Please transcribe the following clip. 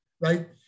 Right